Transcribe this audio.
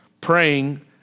praying